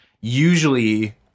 usually